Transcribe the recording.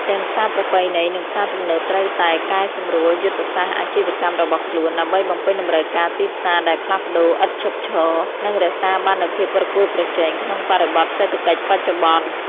ទាំងផ្សារប្រពៃណី និងផ្សារទំនើបត្រូវតែកែសម្រួលយុទ្ធសាស្ត្រអាជីវកម្មរបស់ខ្លួន ដើម្បីបំពេញតម្រូវការទីផ្សារដែលផ្លាស់ប្តូរឥតឈប់ឈរ និងរក្សាបាននូវភាពប្រកួតប្រជែងក្នុងបរិបទសេដ្ឋកិច្ចបច្ចុប្បន្ន។